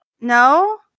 No